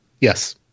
yes